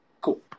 Cool